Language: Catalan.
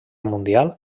mundial